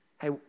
hey